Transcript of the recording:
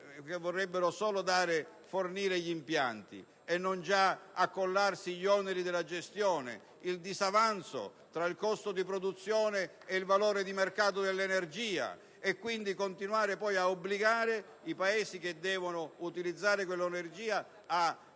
che vorrebbero solo fornire impianti, senza accollarsi gli oneri della gestione o il disavanzo tra il costo di produzione ed il valore di mercato dell'energia, continuando ad obbligare i Paesi che devono utilizzare quell'energia ad intervenire